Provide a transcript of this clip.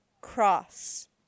cross